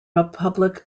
republic